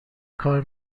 کار